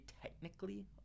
technically